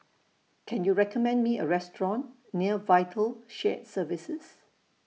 Can YOU recommend Me A Restaurant near Vital Shared Services